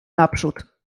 naprzód